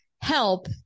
help